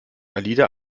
alida